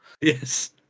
Yes